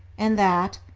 and that,